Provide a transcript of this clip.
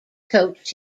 coached